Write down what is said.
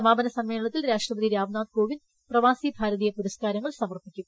സമാപന സമ്മേളനത്തിൽ രാഷ്ട്രപതി രാംനാഥ് കോവിന്ദ് പ്രവാസി ഭാരതീയ പുരസ്കാരങ്ങൾ സമർപ്പിക്കും